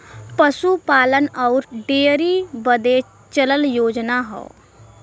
पसूपालन अउर डेअरी बदे चलल योजना हौ